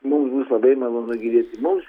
mums bus labai malonu girdėti mums